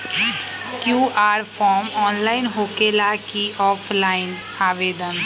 QR form online होकेला कि offline आवेदन?